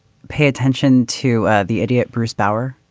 pay attention to the idiot bruce bower.